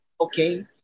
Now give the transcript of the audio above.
okay